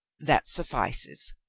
that suf fices.